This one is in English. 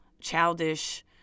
childish